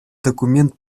документ